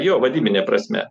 jo vadybine prasme